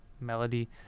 melody